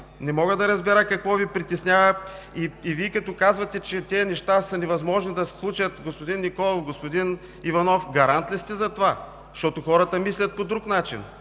Не мога да разбера какво Ви притеснява? Вие, като казвате, че тези неща са невъзможни да се случат, господин Николов, господин Иванов, гарант ли сте за това, защото хората мислят по друг начин?!